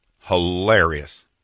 Hilarious